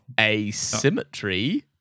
Asymmetry